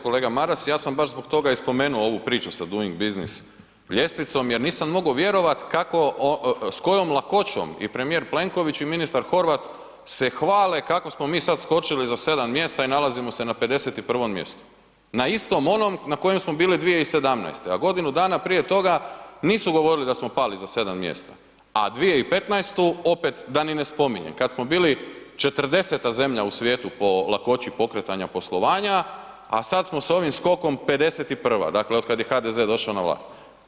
Kolega Maras, ja sam baš zbog toga i spomenuo ovu priču sa Doing business ljestvicom jer nisam mogo vjerovat kako, s kojom lakoćom i premijer Plenković i ministar Horvat se hvale kako smo mi sad skočili za 7. mjesta i nalazimo se na 51. mjestu, na istom onom na kojem smo bili 2017., a godinu dana prije toga nisu govorili da smo pali za 7. mjesta, a 2015. opet da ni ne spominjem, kad smo bili 40. zemlja u svijetu po lakoći pokretanja poslovanja, a sad smo s ovim skokom 51., dakle otkada je HDZ došao na vlast.